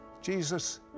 Jesus